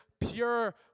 pure